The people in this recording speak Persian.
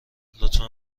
لطفا